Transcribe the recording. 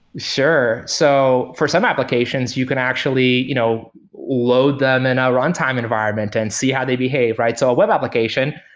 sure. so for some applications, you can actually you know load them in a runtime environment and see how they behave, right? so a web application,